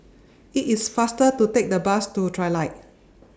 IT IS faster to Take The Bus to Trilight